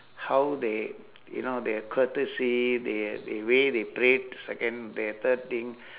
how they you know their courtesy the the way they pray second the third thing